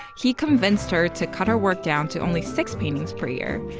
he convinced her to cut her work down to only six paintings per year.